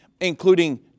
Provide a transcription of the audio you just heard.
including